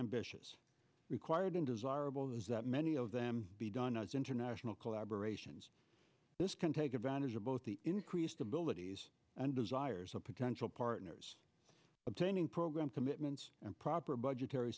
ambitious required and desirable is that many of them be done now is international collaboration this can take advantage of both the increased abilities and desires of potential partners obtaining program commitments and proper budgetary